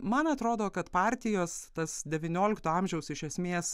man atrodo kad partijos tas devyniolikto amžiaus iš esmės